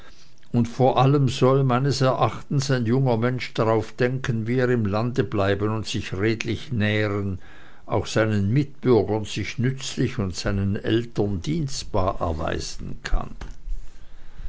und vor allem soll meines erachtens ein junger mensch darauf denken wie er im lande bleiben und sich redlich nähren auch seinen mitbürgern sich nützlich und seinen eltern dienstbar erweisen kann